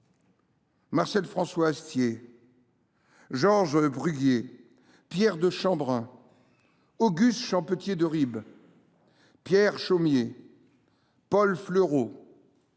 Marcel François Astier, Georges Bruguier, Pierre de Chambrun, Auguste Champetier de Ribes, Pierre Chaumié, Paul Fleurot,